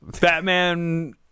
Batman